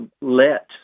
let